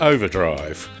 Overdrive